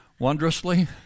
wondrously